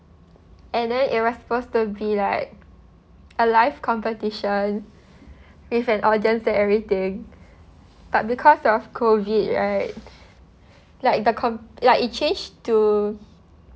and then it was supposed to be like a live competition with an audience and everything but because of COVID right like the com~ it changed to